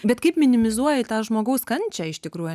bet kaip minimizuoji tą žmogaus kančią iš tikrųjų